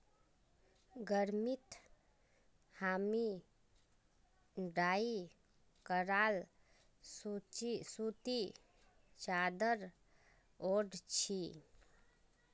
गर्मीत हामी डाई कराल सूती चादर ओढ़ छि